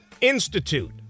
Institute